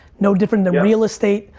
no different than real estate.